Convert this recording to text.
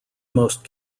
most